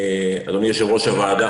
אדוני יושב-ראש הוועדה,